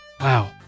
Wow